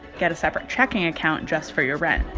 get a separate checking account just for your rent.